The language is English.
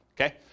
Okay